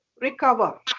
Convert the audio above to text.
recover